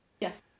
Yes